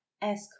ask